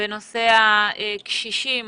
בנושא הקשישים